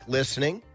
listening